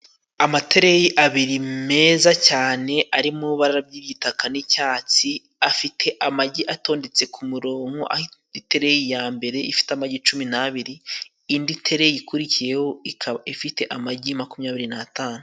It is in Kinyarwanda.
Amatereyi abiri meza cyane ari mu ibara ry'igitaka n'icyatsi, afite amagi atondetse ku mu rongo, aho itereyi ya mbere ifite amagi cumi n'abiri, indi tereyi ikurikiyeho ikaba ifite amagi makumyabiri n'atanu.